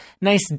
nice